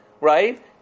right